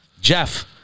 Jeff